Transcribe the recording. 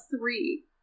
three